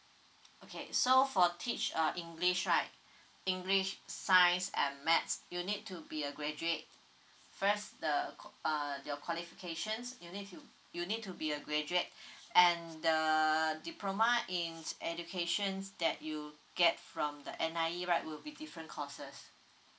okay so for teach uh english right english science and maths you need to be a graduate first the uh your qualifications you need to you need to be a graduate and the diploma in education that you get from the N_I_E right will be different courses